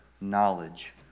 knowledge